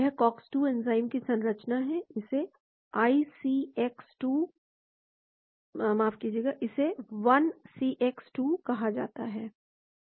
यह COX 2 enzyme की संरचना है इसे 1cx2 कहा जाता है